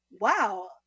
wow